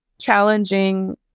challenging